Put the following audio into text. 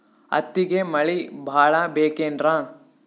ಹತ್ತಿಗೆ ಮಳಿ ಭಾಳ ಬೇಕೆನ್ರ?